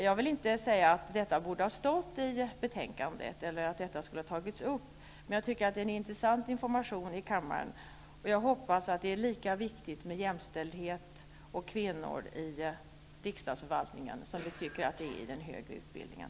Jag vill inte säga att detta borde ha stått i betänkandet eller att detta skulle ha tagits upp, men jag tycker att det är en intressant information i kammaren. Jag hoppas att det är lika viktigt med jämställdhet och kvinnor i riksdagförvaltningen som vi tycker att det är i den högre utbildningen.